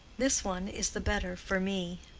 this one is the better for me.